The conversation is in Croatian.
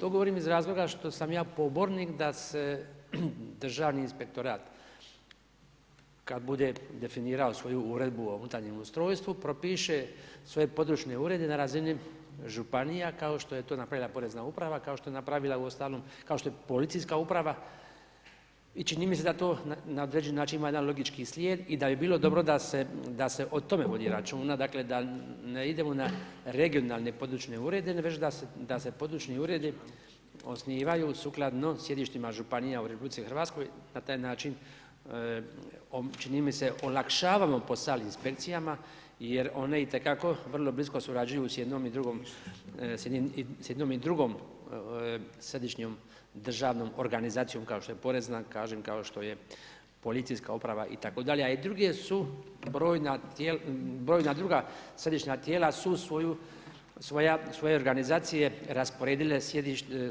To govorim iz razloga što sam ja pobornik da se državni inspektorat, kad bude definirao svoju uredbu o unutarnjem ustrojstvu propiše svoje područne urede na razini županija, kao što je to napravila Porezna uprava, kao što je napravila uostalom, kao što je policijska uprava i čini mi se to na određeni način ima jedan logički slijed i da bi bilo dobro da se o tome vodi računa, dakle da ne idemo na regionalne područne urede nego da se područni uredi osnivaju sukladno sjedištima županija u Republici Hrvatskoj, na taj način, čini mi se olakšavamo posao inspekcijama jer one itekako vrlo blisko surađuju s jednom i drugom središnjom državnom organizacijom kao što je porezna, kažem kao što je policijska uprava i tako dalje, a i drugdje su, brojna druga središnja tijela su svoje organizacije rasporedile